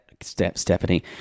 Stephanie